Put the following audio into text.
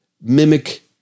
mimic